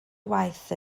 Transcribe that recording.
waith